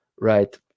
right